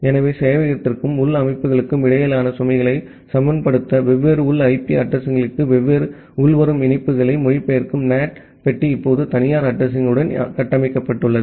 எனவே சேவையகத்திற்கும் உள் அமைப்புகளுக்கும் இடையிலான சுமைகளை சமப்படுத்த வெவ்வேறு உள் ஐபி அட்ரஸிங் களுக்கு வெவ்வேறு உள்வரும் இணைப்புகளை மொழிபெயர்க்கும் NAT பெட்டி இப்போது தனியார் அட்ரஸிங்யுடன் கட்டமைக்கப்பட்டுள்ளது